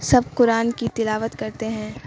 سب قرآن کی تلاوت کرتے ہیں